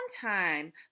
time